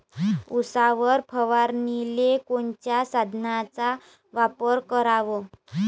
उसावर फवारनीले कोनच्या साधनाचा वापर कराव?